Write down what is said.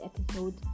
episode